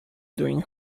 doing